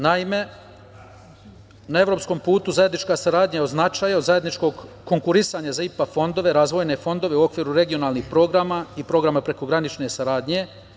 Naime, na evropskom putu zajednička saradnja je od značaja, od zajedničkog konkurisanja za IPA fondove, razvojne fondove u okviru regionalnih programa i programa prekogranične saradnje.